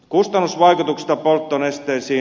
kustannusvaikutuksista polttonesteisiin